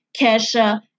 Kesha